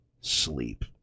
sleep